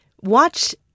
watch